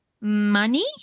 Money